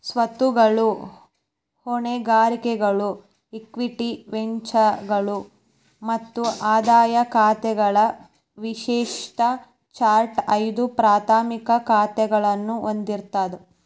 ಸ್ವತ್ತುಗಳು, ಹೊಣೆಗಾರಿಕೆಗಳು, ಇಕ್ವಿಟಿ ವೆಚ್ಚಗಳು ಮತ್ತ ಆದಾಯ ಖಾತೆಗಳ ವಿಶಿಷ್ಟ ಚಾರ್ಟ್ ಐದು ಪ್ರಾಥಮಿಕ ಖಾತಾಗಳನ್ನ ಹೊಂದಿರ್ತದ